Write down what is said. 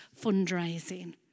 fundraising